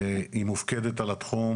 היא מופקדת על התחום.